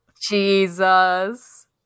Jesus